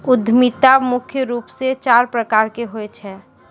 उद्यमिता मुख्य रूप से चार प्रकार के होय छै